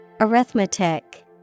Arithmetic